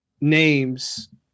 names